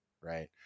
right